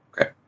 Okay